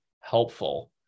helpful